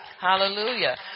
hallelujah